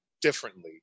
differently